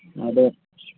ᱟᱫᱚ